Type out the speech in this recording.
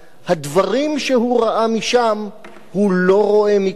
הדברים שהוא ראה משם הוא לא רואה מכאן.